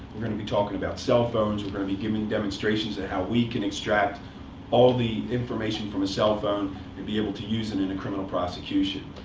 we're going to be talking about cell phones. we're going to be giving demonstrations of how we can extract all the information from a cell phone and be able to use it in a criminal prosecution.